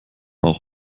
auch